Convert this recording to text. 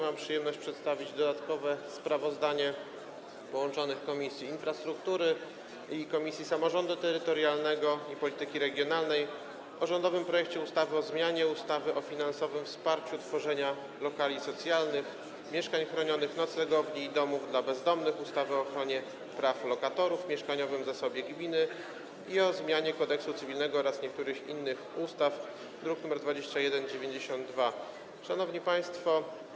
Mam przyjemność przedstawić dodatkowe sprawozdanie połączonych Komisji Infrastruktury i Komisji Samorządu Terytorialnego i Polityki Regionalnej o rządowym projekcie ustawy o zmianie ustawy o finansowym wsparciu tworzenia lokali socjalnych, mieszkań chronionych, noclegowni i domów dla bezdomnych, ustawy o ochronie praw lokatorów, mieszkaniowym zasobie gminy i o zmianie Kodeksu cywilnego oraz niektórych innych ustaw, druk nr 2192. Szanowni Państwo!